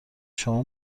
شما